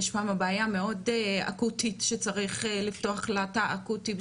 יש שם בעיה מאוד אקוטית שצריך לפתוח לה אקוטי,